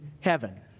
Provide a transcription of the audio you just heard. heaven